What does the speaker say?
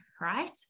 Right